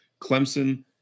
Clemson